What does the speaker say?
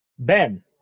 ben